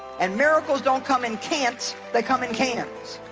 and miracles don't come in cant's they come in cans.